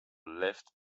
left